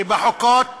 שבחוקות